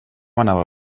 anava